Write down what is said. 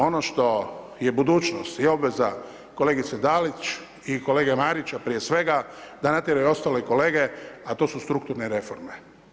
Ono što je budućnost i obveza kolegice Dalić i kolege Marića prije svega, da natjeraju ostale kolege, a to su strukturne reforme.